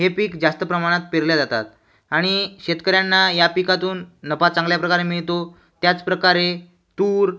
हे पीक जास्त प्रमाणात पेरली जातात आणि शेतकऱ्यांना या पिकातून नफा चांगल्या प्रकारे मिळतो त्याचप्रकारे तूर